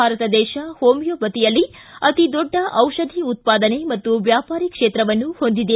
ಭಾರತ ದೇಶ ಹೋಮಿಯೊಪತಿಯಲ್ಲಿ ಅತಿದೊಡ್ಡ ದಿಷಧಿ ಉತ್ಪಾದನೆ ಮತ್ತು ವ್ಯಾಪಾರಿ ಕ್ಷೇತ್ರವನ್ನು ಹೊಂದಿದೆ